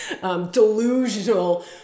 delusional